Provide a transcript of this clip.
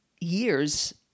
years